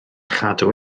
chadw